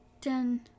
Ten